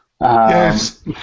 Yes